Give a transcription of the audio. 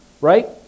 right